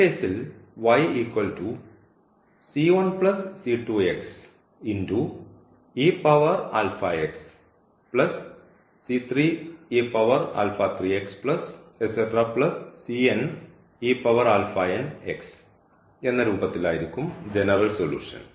ഈ കേസിൽ എന്ന രൂപത്തിലായിരിക്കും ജനറൽ സൊലൂഷൻ